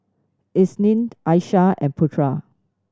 Isnin Aishah and Putra